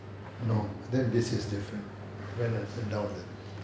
no then this is different well then sit down then